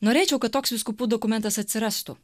norėčiau kad toks vyskupų dokumentas atsirastų